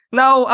now